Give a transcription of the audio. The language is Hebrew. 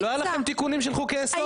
לא היה לכם תיקונים של חוקי יסוד?